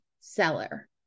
seller